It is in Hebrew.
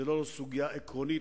זאת לא סוגיה עקרונית,